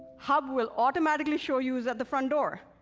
hub will automatically show you who's at the front door,